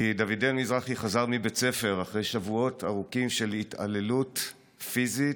כי דוד-אל מזרחי חזר מבית הספר אחרי שבועות ארוכים של התעללות פיזית,